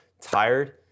tired